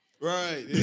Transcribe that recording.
Right